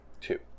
Two